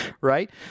Right